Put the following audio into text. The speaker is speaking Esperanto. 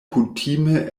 kutime